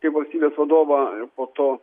kaip valstybės vadovą po to